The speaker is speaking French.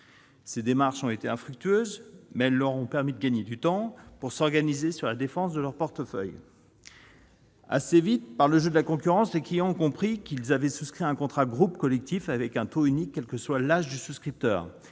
Ces démarches ont été infructueuses, mais elles auront permis aux banques de gagner du temps pour organiser la défense de leur portefeuille. Assez vite, par le jeu de la concurrence, les clients ont compris qu'ils avaient souscrit un contrat groupe collectif avec un taux unique, quel que soit l'âge des souscripteurs,